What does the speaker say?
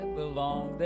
belong